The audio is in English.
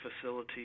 facility